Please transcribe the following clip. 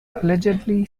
allegedly